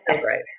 great